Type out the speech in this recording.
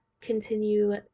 continue